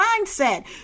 mindset